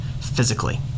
physically